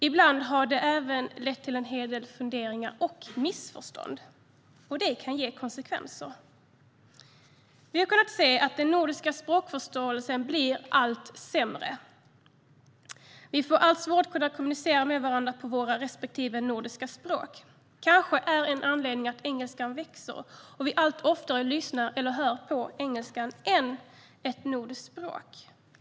Ibland har det även lett till en hel del funderingar och missförstånd, och det kan få konsekvenser. Vi har kunnat se att den nordiska språkförståelsen blir allt sämre. Vi får allt svårare att kunna kommunicera med varandra på våra respektive nordiska språk. Kanske är en anledning att engelskan växer och att vi allt oftare lyssnar på och hör engelska än ett nordiskt språk.